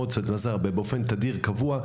יש Follow up באופן תדיר וקבוע.